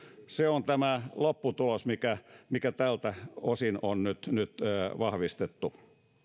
se on tämä lopputulos mikä mikä tältä osin on nyt nyt vahvistettu